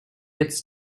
its